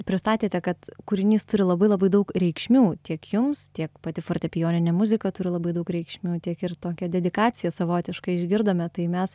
pristatėte kad kūrinys turi labai labai daug reikšmių tiek jums tiek pati fortepijoninė muzika turi labai daug reikšmių tiek ir tokią dedikaciją savotišką išgirdome tai mes